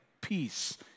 peace